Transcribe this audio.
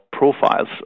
Profiles